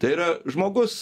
tai yra žmogus